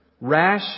rash